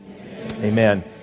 Amen